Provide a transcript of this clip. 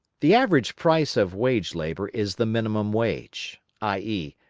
the average price of wage-labour is the minimum wage, i e,